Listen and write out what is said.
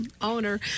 owner